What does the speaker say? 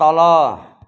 तल